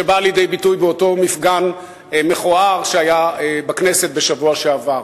שבאה לידי ביטוי באותו מפגן מכוער שהיה בכנסת בשבוע שעבר.